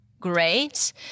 great